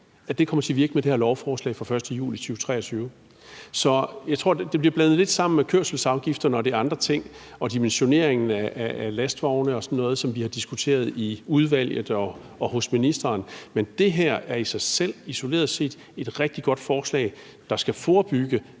at det kommer til at virke fra den 1. juli 2023. Så jeg tror, det bliver blandet lidt sammen med kørselsafgiften og de andre ting og dimensioneringen af lastvogne og sådan noget, som vi har diskuteret i udvalget og hos ministeren. Men det her er i sig selv isoleret set et rigtig godt forslag, der skal forebygge,